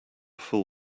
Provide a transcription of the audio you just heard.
full